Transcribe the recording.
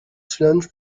challenge